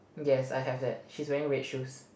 yes I have that she's wearing red shoes